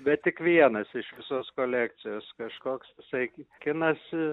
bet tik vienas iš visos kolekcijos kažkoks jisai kinas